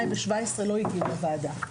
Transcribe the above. לא הגיעו לוועדה.